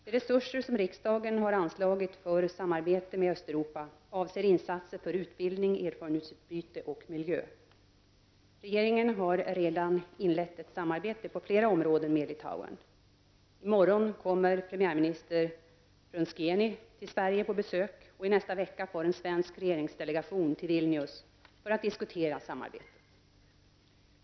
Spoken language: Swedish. De resurser som riksdagen har anslagit för samarbete med Östeuropa avser insatser för utbildning, erfarenhetsutbyte och miljö. Regeringen har redan inlett ett samarbete på flera områden med Litauen. I morgon kommer premiärminister Prunskiene till Sverige på besök, och i nästa vecka far en svensk regeringsdelegation till Vilnius för att diskutera samarbetet.